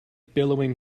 billowing